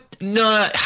No